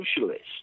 socialist